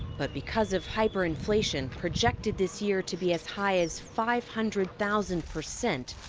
but because of hyperinflation projected this year to be as high as five hundred thousand percent,